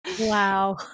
Wow